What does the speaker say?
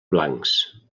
blancs